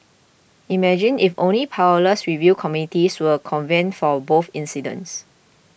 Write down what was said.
imagine if only powerless review committees were convened for both incidents